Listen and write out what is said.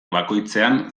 bakoitzean